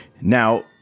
Now